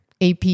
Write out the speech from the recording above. AP